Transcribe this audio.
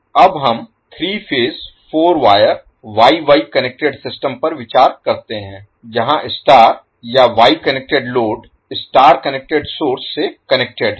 अब हम 3 phase 4 wire Y Y connected system पर विचार करते हैं जहां स्टार या Y connected load star connected source से कनेक्टेड है